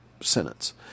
sentence